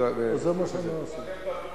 זה מה שנעשה.